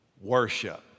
worship